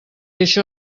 això